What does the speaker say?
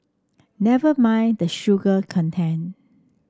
never mind the sugar content